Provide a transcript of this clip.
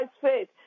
faith